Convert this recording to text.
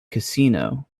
casino